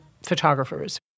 photographers